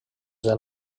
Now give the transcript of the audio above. del